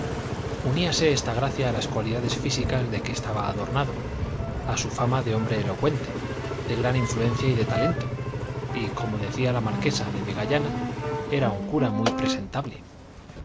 uníase esta gracia a las cualidades físicas de que estaba adornado a su fama de hombre elocuente de gran influencia y de talento y como decía la marquesa de vegallana era un cura muy presentable